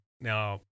now